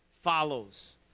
follows